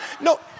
No